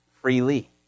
freely